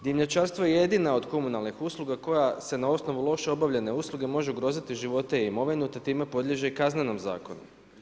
Dimnjačarstvo je jedina od komunalnih usluga koje se na osnovu loše obavljene usluge može ugroziti živote i imovinu te time podliježe i Kaznenom zakonu.